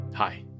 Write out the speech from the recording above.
Hi